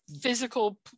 physical